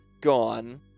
gone